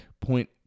Point